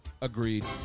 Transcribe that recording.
Agreed